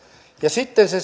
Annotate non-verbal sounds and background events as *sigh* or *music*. ja sitten se *unintelligible*